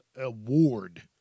award